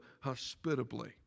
hospitably